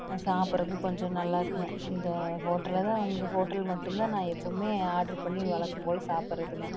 ஆனால் சாப்புறக்கு கொஞ்சம் நல்லா இருக்குங்க இந்த ஹோட்டலில் தான் உங்கள் ஹோட்டல் மட்டும்தான் நான் எப்போவுமே ஆர்ட்ரு பண்ணி வழக்கம்போல சாப்புடுறதுங்க